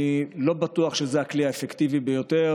אני לא בטוח שזה הכלי האפקטיבי ביותר,